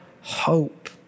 hope